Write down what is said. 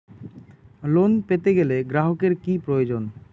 Loan পেতে গেলে গ্রাহকের কি প্রয়োজন?